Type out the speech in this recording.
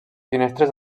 finestres